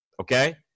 okay